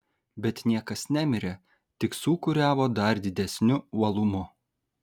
bet niekas nemirė tik sūkuriavo dar didesniu uolumu